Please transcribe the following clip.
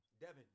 Devin